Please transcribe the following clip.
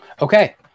Okay